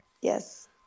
Yes